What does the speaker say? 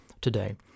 today